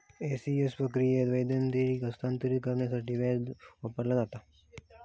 ECS प्रक्रियेत, वेतन देयके हस्तांतरित करण्यासाठी व्याज वापरला जाता